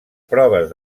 proves